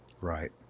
Right